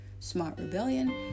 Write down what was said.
smartrebellion